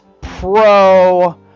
pro